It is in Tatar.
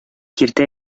киртә